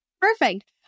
Perfect